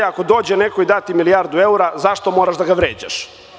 Ako dođe neko i da ti milijardu evra, zašto moraš da ga vređaš?